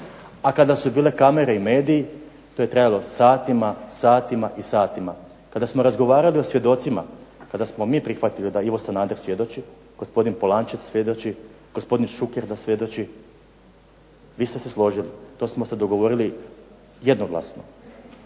A kada su bile kamere i mediji to je trajalo satima, satima i satima. Kada smo razgovarali o svjedocima, kada smo mi prihvatili da Ivo Sanader svjedoči, gospodin Polančec svjedoči, gospodin Šuker da svjedoči vi ste se složili. To smo se dogovorili jednoglasno.